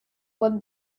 web